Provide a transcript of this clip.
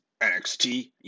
NXT